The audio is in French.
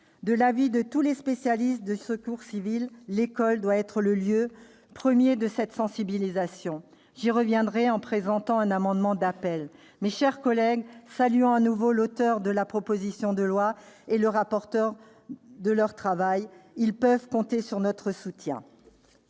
De l'avis de tous les spécialistes du secours civil, l'école doit être le lieu premier de cette sensibilisation. J'y reviendrai en présentant un amendement d'appel. Mes chers collègues, saluons de nouveau l'auteur de la proposition de loi et le rapporteur pour leur travail. Ils peuvent compter sur notre soutien.